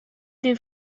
des